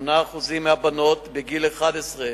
ו-8% מהבנות בגיל 11,